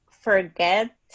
forget